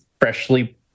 freshly